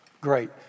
great